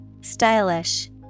Stylish